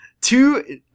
Two